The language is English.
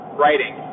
writing